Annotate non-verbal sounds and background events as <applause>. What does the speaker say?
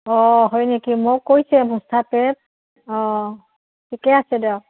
অঁ হয় নেকি মোক কৈছে <unintelligible> অঁ ঠিকে আছে দিয়ক